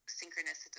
synchronous